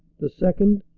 the second,